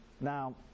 Now